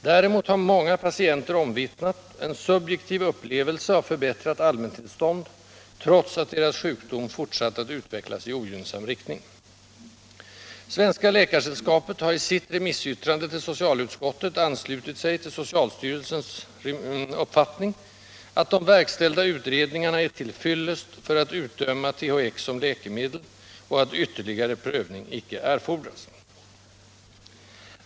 Däremot har många patienter omvittnat en subjektiv upplevelse av förbättrat allmäntillstånd, trots att deras sjukdom fortsatt att utvecklas i ogynnsam riktning. Svenska läkaresällskapet har i sitt remissyttrande till socialutskottet anslutit sig till socialstyrelsens uppfattning att de verkställda utredningarna är till fyllest för att utdöma THX som läkemedel och att ytterligare prövning icke erfordras.